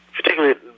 particularly